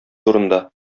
турында